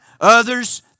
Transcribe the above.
Others